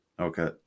Okay